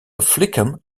flikken